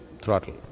throttle